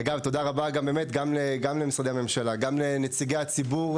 תודה רבה גם למשרדי הממשלה וגם לנציגי הציבור,